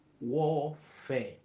Warfare